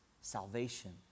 salvation